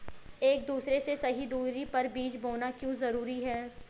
एक दूसरे से सही दूरी पर बीज बोना क्यों जरूरी है?